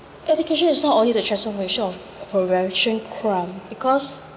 education is not only the transformation of progression crime because